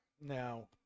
Now